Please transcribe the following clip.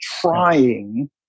trying